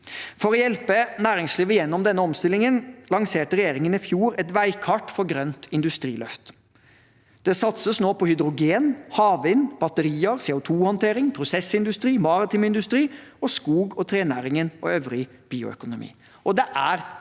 For å hjelpe næringslivet gjennom denne omstillingen lanserte regjeringen i fjor et veikart for et grønt industriløft. Det satses nå på hydrogen, havvind, batterier, CO2-håndtering, prosessindustri, maritim industri, skog- og trenæringen og øvrig bioøkonomi. Det er private